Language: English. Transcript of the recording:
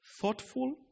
thoughtful